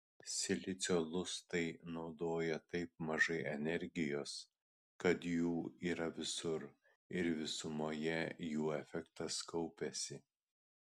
silicio lustai naudoja taip mažai energijos kad jų yra visur ir visumoje jų efektas kaupiasi